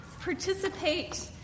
participate